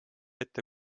ette